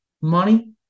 money